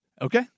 Okay